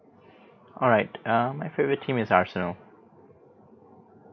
alright um my favorite team is arsenal